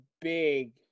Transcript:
big